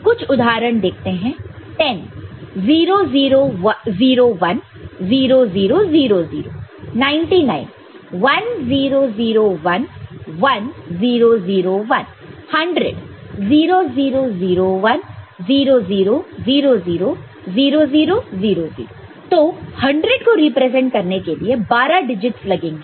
कुछ उदाहरण देखते हैं 10 0 0 0 1 0 0 0 0 99 1 0 0 1 1 0 0 1 100 0 0 0 1 0 0 0 0 0 0 0 0 तो 100 को रिप्रेजेंट करने के लिए 12 डिजिट्स लगेंगे